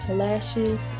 lashes